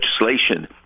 legislation